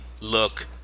look